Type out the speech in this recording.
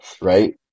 right